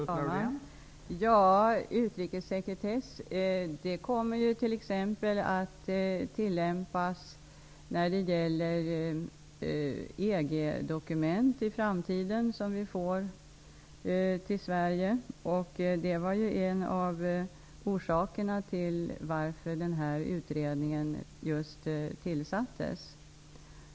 Fru talman! Utrikessekretess kommer i framtiden att tillämpas t.ex. när det gäller EG-dokument som kommer till Sverige. Det var ju en av orsakerna till att den här utredningen tillsattes.